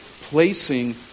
placing